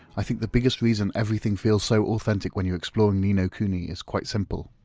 i think the biggest reason everything feels so authentic when you explore ni no kuni is quite simple